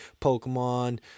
Pokemon